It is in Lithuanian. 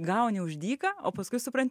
gauni už dyką o paskui supranti